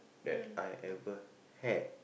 that I ever had